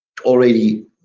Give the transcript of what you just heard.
already